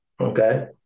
Okay